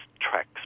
tracks